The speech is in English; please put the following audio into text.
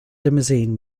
limousine